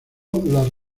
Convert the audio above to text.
las